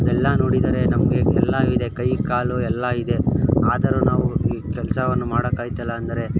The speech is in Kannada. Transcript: ಅದೆಲ್ಲಾ ನೋಡಿದರೆ ನಮಗೆ ಎಲ್ಲ ಇದೆ ಕೈ ಕಾಲು ಎಲ್ಲ ಇದೆ ಆದರೂ ನಾವು ಈ ಕೆಲಸವನ್ನು ಮಾಡೋಕ್ ಆಗ್ತಾಯಿಲ್ಲ ಅಂದರೆ